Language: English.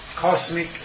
cosmic